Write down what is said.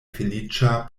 feliĉa